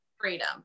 freedom